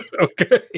Okay